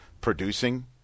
producing